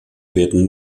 werden